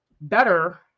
better